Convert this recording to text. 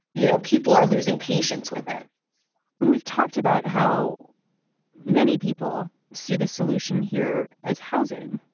you know, people are losing patience with it and we've talked about how many people see the solution here as housing.